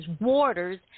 waters